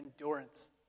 endurance